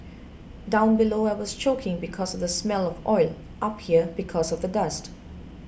down below I was choking because the smell of oil up here because of the dust